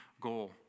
goal